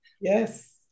Yes